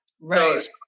Right